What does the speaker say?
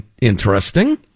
Interesting